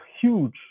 huge